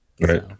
right